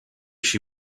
she